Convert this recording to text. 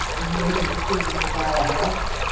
when you make a decision to buy a house,